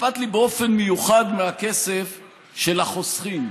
אכפת לי באופן מיוחד מהכסף של החוסכים.